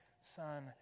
son